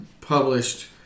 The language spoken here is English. published